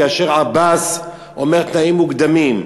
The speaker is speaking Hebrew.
כאשר עבאס אומר: תנאים מוקדמים,